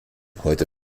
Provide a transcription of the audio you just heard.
heute